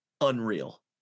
Unreal